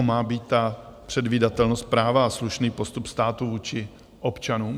To má být ta předvídatelnost práva a slušný postup státu vůči občanům?